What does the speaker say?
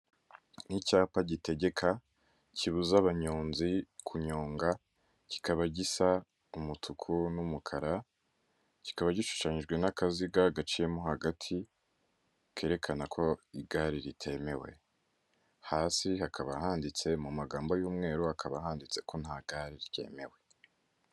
Ni icyapa gitegeka kibuza abanyonzi kunyonga kikaba gisa umutuku n'umukara, kikaba gishushanyijwe n'akaziga gaciyemo hagati kerekana ko igare ritemewe, hasi hakaba handitse mu magambo y'umweru hakaba handitse ko nta gare ryemewe.